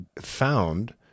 found